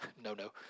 no-no